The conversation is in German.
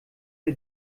der